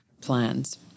plans